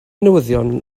newyddion